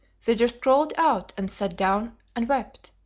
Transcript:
they just crawled out and sat down and wept,